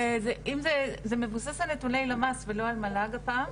אבל זה מבוסס על נתוני למ"ס ולא על מל"ג הפעם,